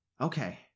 Okay